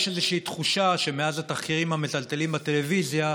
יש איזושהי תחושה שמאז התחקירים המטלטלים בטלוויזיה,